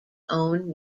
own